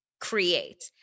Create